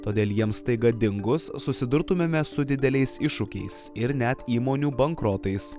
todėl jiem staiga dingus susidurtumėme su dideliais iššūkiais ir net įmonių bankrotais